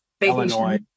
Illinois